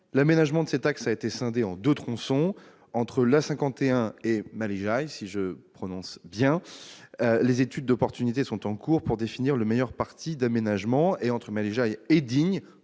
L'aménagement de cet axe a été scindé en deux tronçons : entre l'A51 et Malijai, les études d'opportunité sont en cours pour définir le meilleur parti d'aménagement ; entre Malijai et